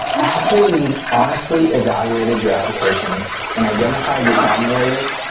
after you've honestly evaluated your application and identified your problem areas,